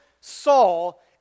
Saul